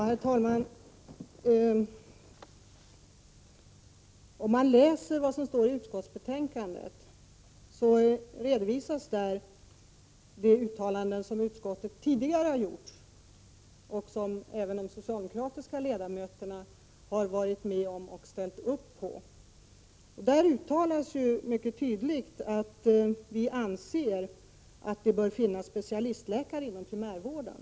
Herr talman! I utskottsbetänkandet redovisas de uttalanden som utskottet har gjort tidigare och som även de socialdemokratiska ledamöterna har ställt upp på. Där sägs mycket tydligt att vi anser att det bör finnas specialistläkare inom primärvården.